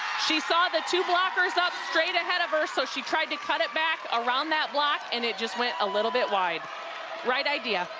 she saw the two blockers up straight ahead of her, so she tried to cut it back around that block, and it just went a little bit wide right idea.